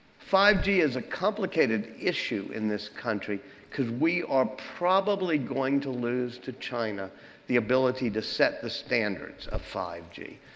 five g is a complicated issue in this country because we are probably going to lose to china the ability to set the standards of five g.